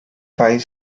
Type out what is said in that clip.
five